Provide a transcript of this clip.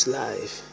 life